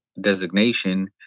designation